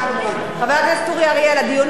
חבר הכנסת אורי אריאל, הדיון הזה הסתיים.